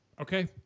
Okay